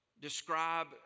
describe